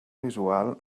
visual